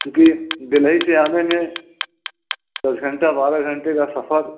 क्योंकि भिलाई से आने में दस घंटे बारह घंटे का सफ़र